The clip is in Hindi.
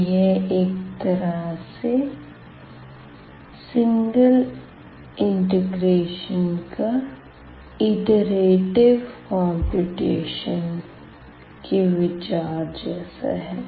तो यह एक तरह से सिंगल इंटीग्रेशन के इटरेटिव कंप्यूटेशन के विचार जैसा है